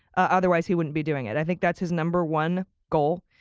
otherwise, he wouldn't be doing it. i think that's his number one goal,